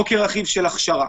או כרכיב של הכשרה?